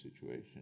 situation